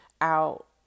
out